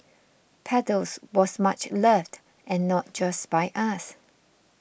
paddles was much loved and not just by us